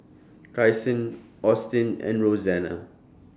Kyson Austin and Rosanna